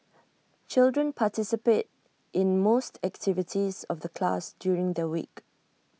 children participate in most activities of the class during the week